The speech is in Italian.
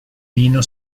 vino